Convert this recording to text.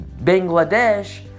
bangladesh